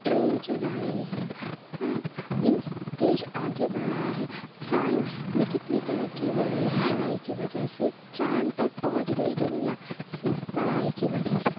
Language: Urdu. ٹرین چلا رہی ہے آئیں دیش آگے بڑھ رہا ہے سائنس میں کتنی ترقی ہو رہی ہے پڑھائی کی وجہ سے چاند تک پہنچ گئی دنیا صرف پڑھائی کی وجہ سے